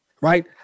right